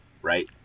right